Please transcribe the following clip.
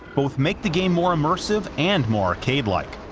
both make the game more immersive and more arcade-like.